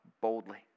boldly